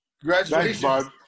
congratulations